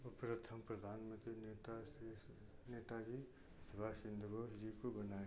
वो प्रथम प्रधानमंत्री नेता श्रेष्ठ नेता जी सुभाषचंद्र बोस जी को बनाए